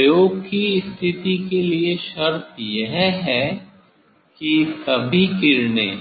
प्रयोग की स्थिति के लिए शर्त यह है कि सभी किरणें